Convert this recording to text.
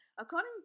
According